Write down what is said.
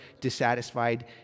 dissatisfied